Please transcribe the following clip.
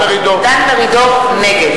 (קוראת בשמות חברי הכנסת) דן מרידור, נגד